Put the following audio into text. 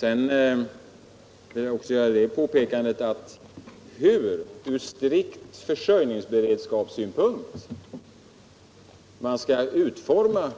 Jag vill också göra det påpekandet att hur, från strikt försörjnings beredskapssynpunkt, man skall utforma